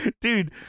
Dude